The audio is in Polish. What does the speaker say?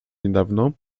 niedawno